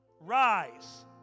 rise